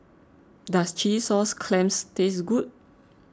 does Chilli Sauce Clams taste good